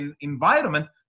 environment